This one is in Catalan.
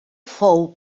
fou